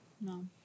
No